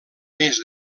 més